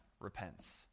repents